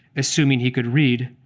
assuming he could read,